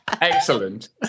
Excellent